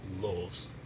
laws